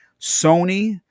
Sony